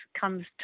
comes